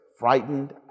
frightened